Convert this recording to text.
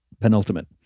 penultimate